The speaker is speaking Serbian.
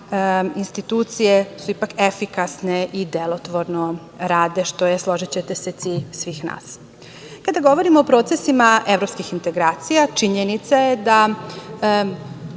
institucije su ipak efikasne i delotvorno rade, što je, složićete se, cilj svih nas. Kada govorimo o procesima evropskih integracija, činjenica je da